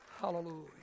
Hallelujah